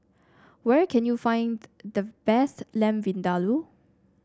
where can you find the best Lamb Vindaloo